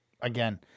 Again